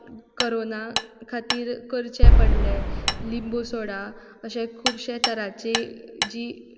corona खातीर करचें पडलें लिंबू सोडा अशे खुबशे तरांचीं जीं